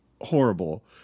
horrible